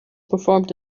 performed